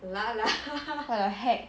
what the heck